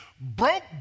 broke